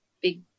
big